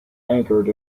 anchored